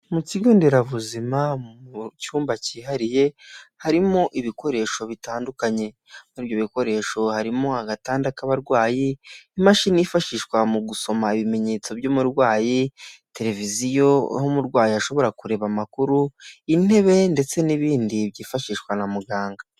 Mu kigo nderabuzima mu cyumba cyihariye harimo ibikoresho bitandukanye, muri ibyo bikoresho harimo agatanda k'abarwayi imashini yifashishwa mu gusoma ibimenyetso by'umurwayi, televiziyo aho umurwayi ashobora kureba amakuru, intebe ndetse n'ibindi byifashishwa na muganga.